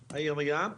העירייה.